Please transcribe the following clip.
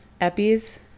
eppies